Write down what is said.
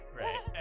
right